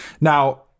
Now